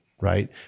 right